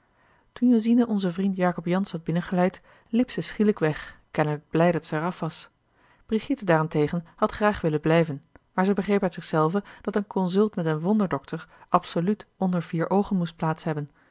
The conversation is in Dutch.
josine onzen vriend jacob jansz had binnengeleid liep zij schielijk weg kennelijk blij dat zij er af was brigitte daarentegen had graag willen blijven maar zij begreep uit zich zelve dat een consult met een wonderdokter absoluut onder vier oogen moest plaats hebben